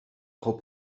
trop